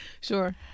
Sure